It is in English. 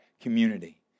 community